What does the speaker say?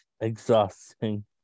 Exhausting